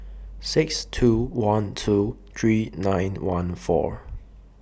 six two one two three nine one four